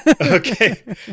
Okay